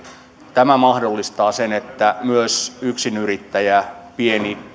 tämä mahdollistaa sen että myös yksinyrittäjä pieni